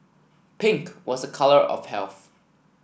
pink was a colour of health